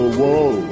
whoa